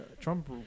Trump